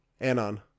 Anon